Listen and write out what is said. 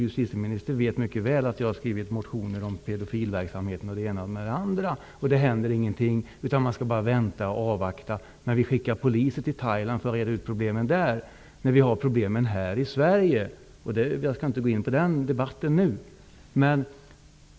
Justitieministern vet mycket väl att jag har skrivit motioner om pedofilverksamheten m.m. Men det händer ingenting -- man skall bara vänta och avvakta. Vi skickar poliser till Thailand för att reda ut problemen där, när vi har problemen här i Sverige. Jag skall inte gå in på den debatten nu.